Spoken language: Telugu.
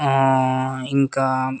ఇంకా